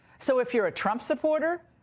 so if you're a trump supporter,